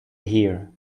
here